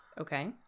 okay